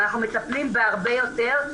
אבל אנחנו מטפלים בהרבה יותר,